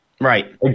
Right